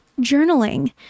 journaling